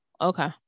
okay